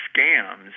scams